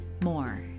more